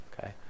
Okay